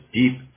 deep